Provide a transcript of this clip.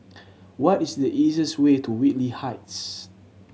what is the easiest way to Whitley Heights